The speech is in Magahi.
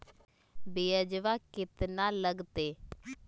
ब्यजवा केतना लगते?